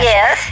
Yes